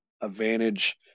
advantage